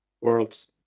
worlds